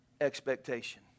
expectation